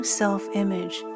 self-image